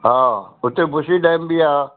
हा उते बुशी डेम बि आहे